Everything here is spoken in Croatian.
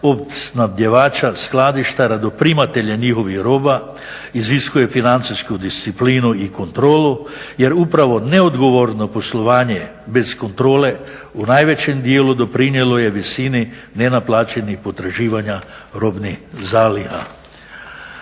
opskrbljivača, skladištara do primatelja njihovih roba iziskuje financijsku disciplinu i kontrolu jer upravo neodgovorno poslovanje bez kontrole u najvećem dijelu doprinijelo je visini nenaplaćenih potraživanja robnih zaliha.